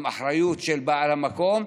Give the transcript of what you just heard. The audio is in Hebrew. עם אחריות של בעל המקום,